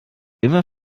immer